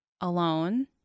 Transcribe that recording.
alone